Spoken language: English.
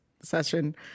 session